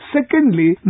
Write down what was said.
Secondly